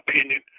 opinion